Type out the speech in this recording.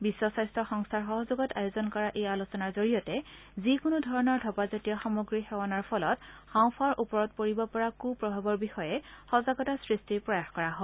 বিশ্ব স্বাস্থ্য সংস্থাৰ সহযোগত আয়োজন কৰা এই আলোচনাৰ জৰিয়তে যিকোনোধৰণৰ ধৰ্পাত জাতীয় সমগ্ৰীৰ সেৱনৰ ফলত হাওঁফাওৰ ওপৰত পৰিব পৰা কুপ্ৰভাৱৰ বিষয়ে সজাগতা সৃষ্টি প্ৰয়াস কৰা হয়